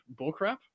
bullcrap